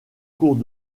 cours